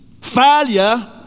failure